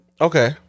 Okay